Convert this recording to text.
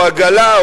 או עגלה,